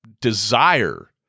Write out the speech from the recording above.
desire